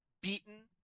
beaten